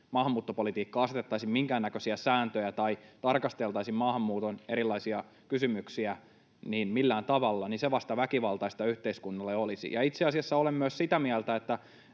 maahanmuuttopolitiikkaa — emme asettaisi minkäännäköisiä sääntöjä tai tarkastelisi maahanmuuton erilaisia kysymyksiä millään tavalla — niin se vasta väkivaltaista yhteiskunnalle olisi. Itse asiassa olen myös sitä mieltä,